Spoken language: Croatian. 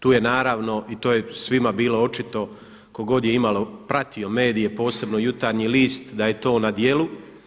Tu je naravno i to je svima bilo očito tko god je imalo pratio medije posebno Jutarnji list da je to na djelu.